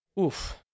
Oof